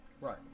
Right